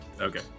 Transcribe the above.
okay